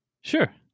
Sure